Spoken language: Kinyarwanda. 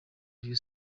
rayon